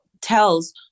tells